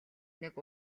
нэг